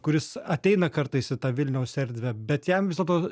kuris ateina kartais į tą vilniaus erdvę bet jam vis dėlto